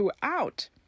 throughout